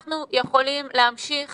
אנחנו יכולים להמשיך